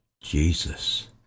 Jesus